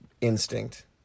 instinct